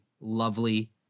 lovely